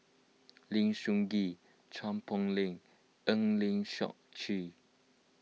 Lim Soo Ngee Chua Poh Leng Eng Lee Seok Chee